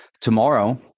tomorrow